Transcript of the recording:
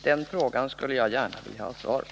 Den frågan skulle jag gärna vilja ha svar på.